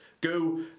go